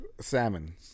Salmon